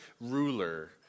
ruler